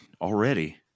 already